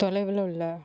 தொலைவில் உள்ள